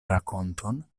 rakonton